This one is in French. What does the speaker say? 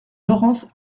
laurence